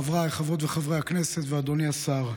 חבריי, חברות וחברי הכנסת, ואדוני השר,